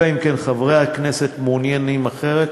אלא אם כן חברי הכנסת מעוניינים אחרת.